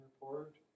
report